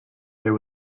there